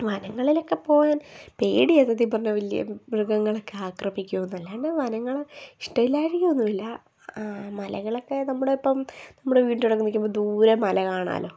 വനങ്ങളിലൊക്കെ പോകാൻ പേടിയാണ് സത്യം പറഞ്ഞാല് വലിയ മൃഗങ്ങളൊക്കെ ആക്രമിക്കുവോ എന്ന് അല്ലാണ്ട് വനങ്ങള് ഇഷ്ടമില്ലായ്ക ഒന്നുമില്ല ആ മലകളൊക്കെ നമ്മളിപ്പോള് നമ്മുടെ വീടിൻ്റെ അവിടെ നില്ക്കുമ്പോള് ദൂരെ മല കാണാമല്ലോ